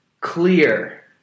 clear